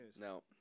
No